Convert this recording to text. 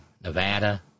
Nevada